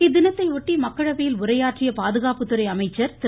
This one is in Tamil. இத்தினத்தையொட்டி மக்களவையில் உரையாற்றிய பாதுகாப்புத்துறை அமைச்சர் திரு